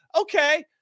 okay